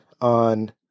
on